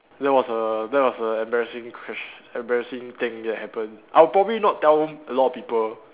that was a that was a embarrassing ques~ embarrassing thing that happened I'll probably not tell a lot of people